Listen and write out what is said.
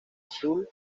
azul